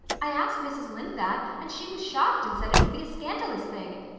i asked mrs. lynde that and she was shocked and said it would be a scandalous thing.